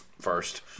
first